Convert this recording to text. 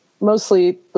mostly